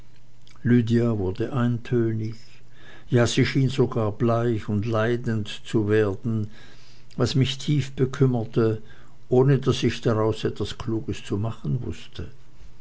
wurde eintönig ja sie schien nun sogar bleich und leidend zu werden was mich tief bekümmerte ohne daß ich daraus etwas kluges zu machen wußte